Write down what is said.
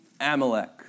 Amalek